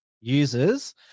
users